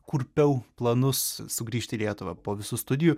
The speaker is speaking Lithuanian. kurpiau planus sugrįžt į lietuvą po visų studijų